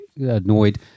annoyed